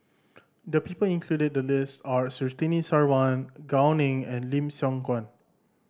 the people included in the list are Surtini Sarwan Gao Ning and Lim Siong Guan